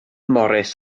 morris